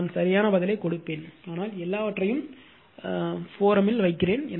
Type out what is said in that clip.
நான் சரியான பதிலைக் கொடுப்பேன் ஆனால் எல்லாவற்றையும் மன்றத்தில் வைக்கிறேன்